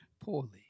poorly